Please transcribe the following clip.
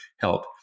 help